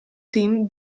team